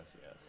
yes